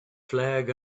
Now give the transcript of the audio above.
flag